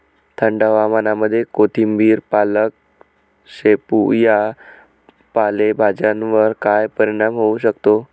थंड हवामानामध्ये कोथिंबिर, पालक, शेपू या पालेभाज्यांवर काय परिणाम होऊ शकतो?